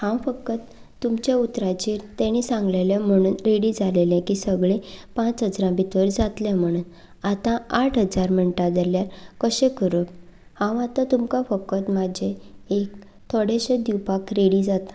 हांव फकत तुमच्या उतराचेर तांणे सांगलेले म्हणून रेडी जालेले किद्या सगलें पांच हजरा भितर जातलें म्हणून आतां आठ हजार म्हणटा जाल्यार कशे करप हांव आतां तुमकां फकत म्हजे एक थोडेंशे दिवपाक रेडी जाता